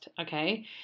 Okay